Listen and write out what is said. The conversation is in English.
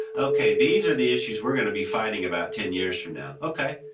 okay these are the issues we are going to be fighting about ten years from now, okay.